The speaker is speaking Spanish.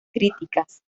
críticas